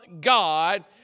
God